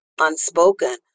unspoken